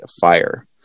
fire